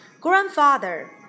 Grandfather